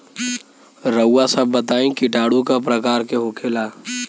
रउआ सभ बताई किटाणु क प्रकार के होखेला?